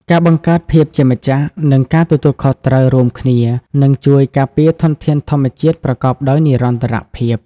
ការបង្កើតភាពជាម្ចាស់ និងការទទួលខុសត្រូវរួមគ្នានឹងជួយការពារធនធានធម្មជាតិប្រកបដោយនិរន្តរភាព។